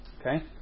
Okay